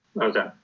Okay